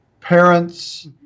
Parents